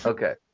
Okay